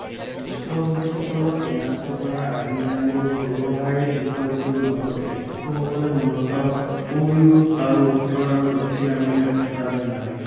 ভুক্তভোগীসকলক চিনাক্ত কৰাৰ আইনী আৰু ব্যৱহাৰিক বিষয়টোৰ মাজতে শিশুসকল মূলতঃ পূব ইউৰোপ আৰু উত্তৰ আৰু দক্ষিণ আমেৰিকাত থকা যেন লাগে